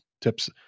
tips